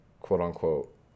quote-unquote